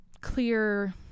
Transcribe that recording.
clear